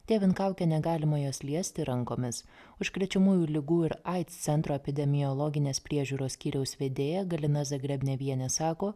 dėvint kaukę negalima jos liesti rankomis užkrečiamųjų ligų ir aids centro epidemiologinės priežiūros skyriaus vedėja galina zagrebnevienė sako